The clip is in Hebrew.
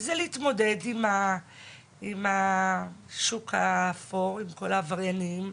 וזה להתמודד עם השוק האפור, עם כל העבריינים.